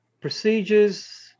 procedures